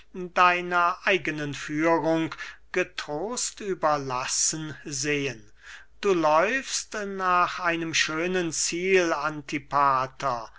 deiner eigenen führung getrost überlassen sehen du läufst nach einem schönen ziel antipater